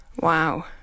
Wow